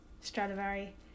Stradivari